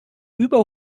über